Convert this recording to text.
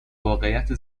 واقعیت